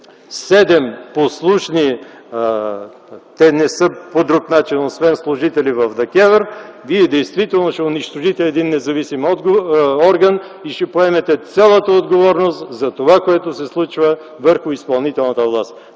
седем послушни, те не са по друг начин, освен служители, в ДКЕВР, Вие действително ще унищожите един независим орган и ще поемете цялата отговорност за това, което се случва върху изпълнителната власт.